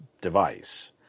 device